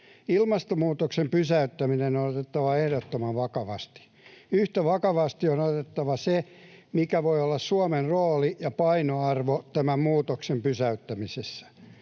Ilmastonmuutoksen pysäyttäminen on otettava ehdottoman vakavasti. Yhtä vakavasti on otettava se, mikä voi olla Suomen rooli ja painoarvo tämän muutoksen pysäyttämisessä.